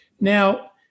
Now